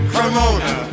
Cremona